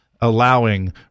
allowing